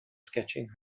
sketching